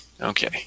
okay